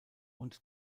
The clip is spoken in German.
und